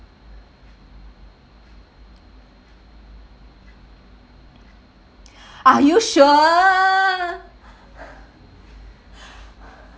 are you sure